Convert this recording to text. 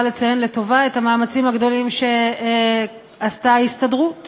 לציין לטובה את המאמצים הגדולים שעשו ההסתדרות